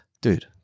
dude